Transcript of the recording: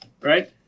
Right